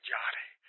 Johnny